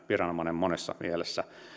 viranomainen monessa mielessä